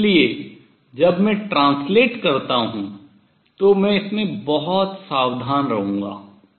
इसलिए जब मैं translate करता हूँ तो मैं इसमें बहुत सावधान रहूँगा